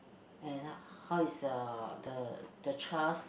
and how is the the the trust